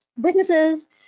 witnesses